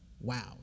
Wow